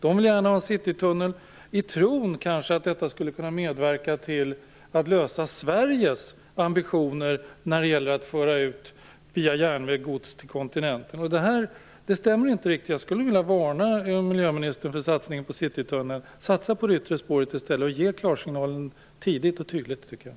De vill gärna ha en citytunnel, kanske i tron att detta skulle kunna medverka till att lösa Sveriges ambitioner när det gäller att föra ut gods via järnväg till kontinenten. Detta stämmer inte riktigt. Jag skulle vilja varna miljöministern för satsningen på citytunneln. Satsa på det yttre spåret i stället och ge klarsignal tidigt och tydligt, tycker jag.